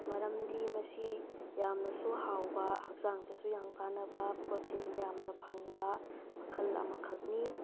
ꯃꯔꯝꯗꯤ ꯃꯁꯤ ꯌꯥꯝꯅꯁꯨ ꯍꯥꯎꯕ ꯍꯛꯆꯥꯡꯗꯁꯨ ꯌꯥꯝ ꯀꯥꯟꯅꯕ ꯄ꯭ꯔꯣꯇꯤꯟ ꯌꯥꯝꯅ ꯐꯪꯕ ꯃꯈꯜ ꯑꯃꯈꯛꯅꯤ